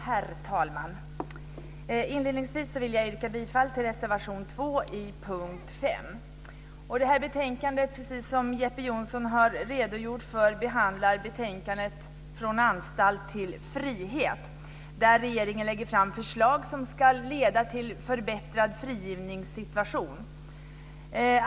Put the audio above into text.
Herr talman! Inledningsvis vill jag yrka bifall till reservation 2 under punkt 5. Precis som Jeppe Johnsson har redogjort för behandlar vi betänkandet Från anstalt till frihet, där regeringen lägger fram förslag som ska leda till en förbättrad frigivningssituation.